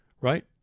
right